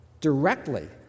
directly